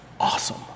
awesome